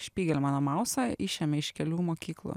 špygelmano mausą išėmė iš kelių mokyklų